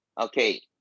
Okay